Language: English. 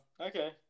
okay